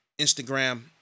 Instagram